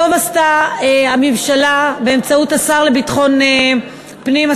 טוב עשתה הממשלה באמצעות השר לביטחון פנים,